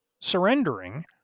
surrendering